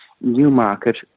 Newmarket